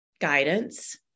guidance